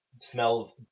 smells